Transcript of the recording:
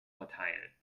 verteilen